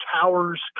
towers